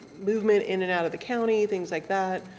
movement in and out of the county, things like that.